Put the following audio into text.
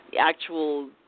actual